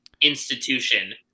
institution